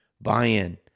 buy-in